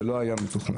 זה לא היה מתוכנן.